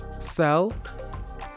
sell